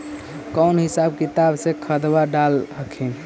कौन हिसाब किताब से खदबा डाल हखिन?